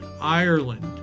Ireland